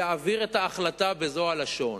אעביר את ההחלטה בזו הלשון: